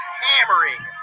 hammering